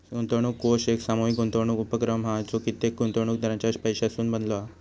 गुंतवणूक कोष एक सामूहीक गुंतवणूक उपक्रम हा जो कित्येक गुंतवणूकदारांच्या पैशासून बनलो हा